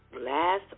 Last